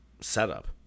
setup